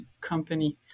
company